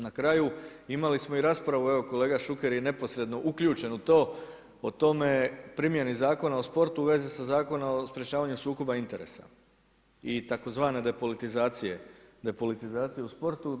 Na kraju imali smo i raspravu evo kolega Šuker je neposredno uključen u to o tome o primjeni Zakona o sportu u vezi sa Zakonom o sprečavanju sukoba interesa i tzv. depolitizacije, depolitizacije u sportu.